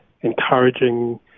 encouraging